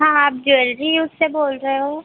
हाँ आप ज्वेलरी उससे बोल रहे हो